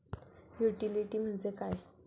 Utility म्हणजे काय?